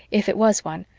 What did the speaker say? if it was one,